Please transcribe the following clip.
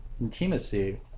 Intimacy